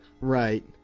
Right